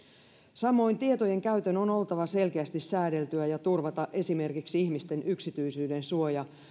samoin tietojen käytön on oltava selkeästi säädeltyä ja turvattava esimerkiksi ihmisten yksityisyyden suoja